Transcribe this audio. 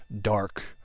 dark